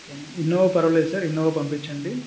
okay అండి Innova పరవాలేదు sir Innova పంపించండి